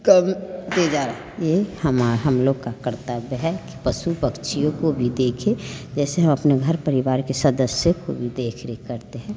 कम होते जा रहा है यह हमा हम लोग का कर्तव्य है कि पशु पक्षियों को भी देखें जैसे हम अपने घर परिवार के सदस्य की भी देख रेख करते हैं